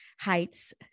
Heights